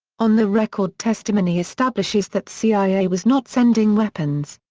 on-the-record testimony establishes that cia was not sending weapons.